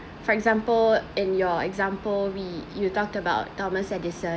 for example and your example we you talked about thomas edison